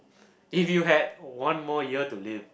if you had one more year to live